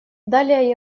далее